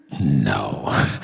No